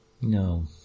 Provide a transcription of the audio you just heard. No